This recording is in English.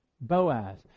Boaz